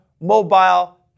mobile